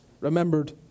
remembered